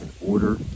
order